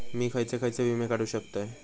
मी खयचे खयचे विमे काढू शकतय?